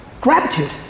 Gratitude